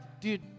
dude